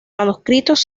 manuscritos